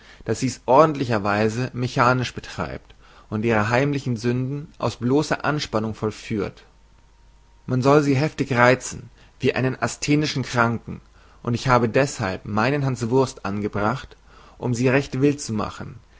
daß sie's ordentlicherweise mechanisch betreibt und ihre heimlichen sünden aus bloßer abspannung vollführt man soll sie heftig reizen wie einen asthenischen kranken und ich habe deshalb meinen hanswurst angebracht um sie recht wild zu machen